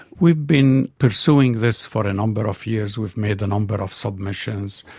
we've been pursuing this for a number of years. we've made a number of submissions.